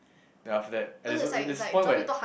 then after that at this at this point where